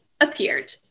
appeared